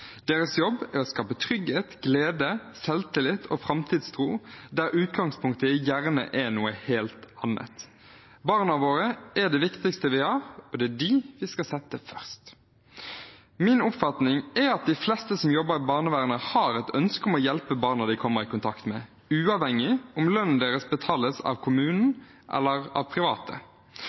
Deres jobb er å skape trygghet, glede, selvtillit og framtidstro der utgangspunktet gjerne er noe helt annet. Barna våre er det viktigste vi har, og det er dem vi skal sette først. Min oppfatning er at de fleste som jobber i barnevernet, har et ønske om å hjelpe barna de kommer i kontakt med, uavhengig av om lønnen deres betales av kommunen eller av private.